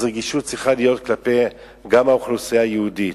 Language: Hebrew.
אז רגישות צריכה להיות גם כלפי האוכלוסייה היהודית.